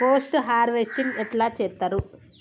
Post harvesting ఎట్ల చేత్తరు?